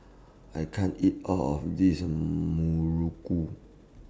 I can't eat All of This Muruku